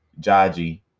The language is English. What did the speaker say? Jaji